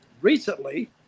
recently